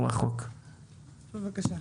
בבקשה.